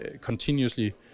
continuously